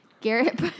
Garrett